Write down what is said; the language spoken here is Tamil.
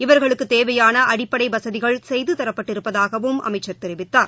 இவர்களுக்குதேவையானஅடிப்படைவசதிகள் செய்துதரப்பட்டிருப்பதாகவும் அவர் தெரிவித்தார்